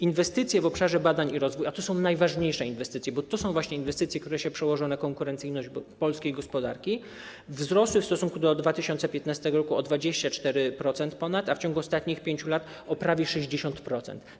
Inwestycje w obszarze badań i rozwój - a to są najważniejsze inwestycje, bo to są właśnie te inwestycje, które się przełożą na konkurencyjność polskiej gospodarki - wzrosły w stosunku do 2015 r. ponad o 24%, a w ciągu ostatnich 5 lat o prawie 60%.